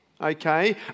okay